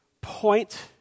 point